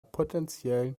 potenziellen